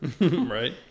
Right